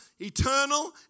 eternal